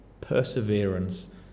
perseverance